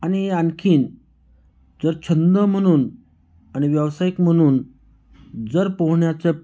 आणि आणखीन जर छंद म्हणून आणि व्यावसायिक म्हणून जर पोहण्याच्या